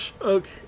Okay